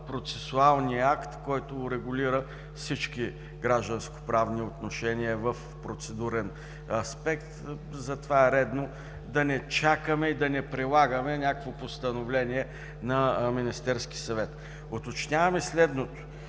процесуалният акт, който урегулира всички гражданскоправни отношения в процедурен аспект. Затова е редно да не чакаме и да не прилагаме някакво постановление на Министерския съвет. Уточняваме следното: